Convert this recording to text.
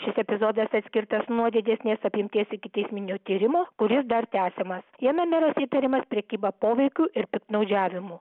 šis epizodas atskirtas nuo didesnės apimties ikiteisminio tyrimo kuris dar tęsiamas jame meras įtariamas prekyba poveikiu ir piktnaudžiavimu